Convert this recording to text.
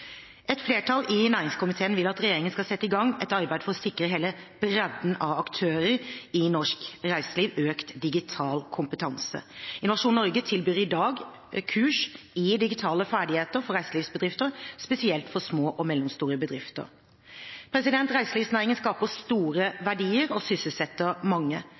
Et flertall i næringskomiteen vil at regjeringen skal sette i gang et arbeid for å sikre hele bredden av aktører i norsk reiseliv økt digital kompetanse. Innovasjon Norge tilbyr i dag kurs i digitale ferdigheter for reiselivsbedrifter, spesielt for små og mellomstore bedrifter. Reiselivsnæringen skaper store verdier og sysselsetter mange.